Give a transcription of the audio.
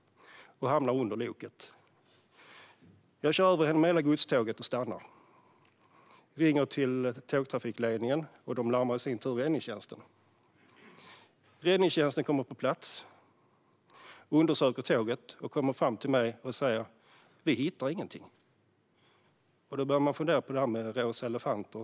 Hon hamnar under loket. Jag kör över henne med hela godståget och stannar. Jag ringer till tågtrafikledningen. De larmar i sin tur räddningstjänsten. Räddningstjänsten kommer på plats och undersöker tåget och kommer fram till mig och säger: Vi hittar ingenting. Då börjar jag fundera på rosa elefanter.